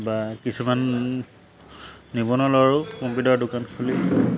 বা কিছুমান নিবনুৱা ল'ৰাও কম্পিউটাৰ দোকান খুলি